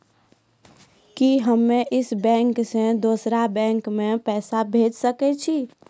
कि हम्मे इस बैंक सें दोसर बैंक मे पैसा भेज सकै छी?